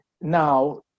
now